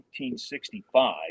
1965